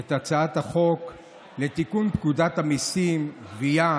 את הצעת החוק לתיקון פקודת המיסים (גבייה)